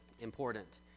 important